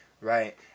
Right